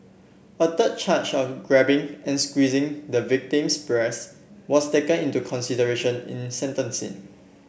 a third charge of grabbing and squeezing the victim's breasts was taken into consideration in sentencing